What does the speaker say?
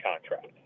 contract